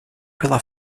pela